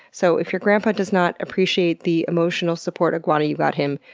so if your grandpa does not appreciate the emotional support iguana you got him,